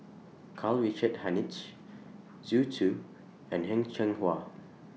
Karl Richard Hanitsch Zhu Xu and Heng Cheng Hwa